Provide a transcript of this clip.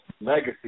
legacy